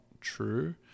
true